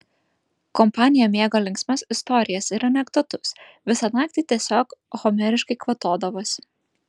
kompanija mėgo linksmas istorijas ir anekdotus visą naktį tiesiog homeriškai kvatodavosi